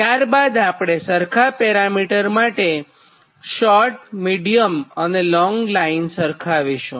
ત્યાર બાદ આપણે સરખા પેરામિટર માટે શોર્ટમિડીયમ અને લોંગ લાઇન સરખાવીશું